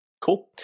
Cool